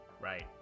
Right